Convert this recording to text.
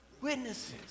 witnesses